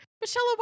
Michelle